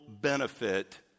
benefit